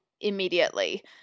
immediately